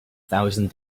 thousand